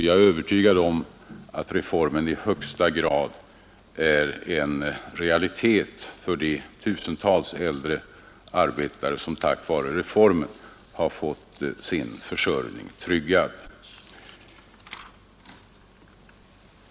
Jag är övertygad om att reformen i högsta grad är en realitet för de tusentals äldre arbetare som tack vare reformen har fått sin försörjning tryggad.